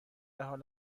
حال